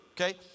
Okay